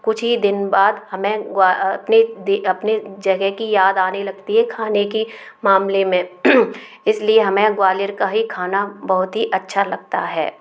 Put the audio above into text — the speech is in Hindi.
कुछ ही दिन बाद हमें अपने अपने जगह की याद आने लगती है खाने की मामले में इसलिए हमें ग्वालियर का ही खाना बहुत ही अच्छा लगता है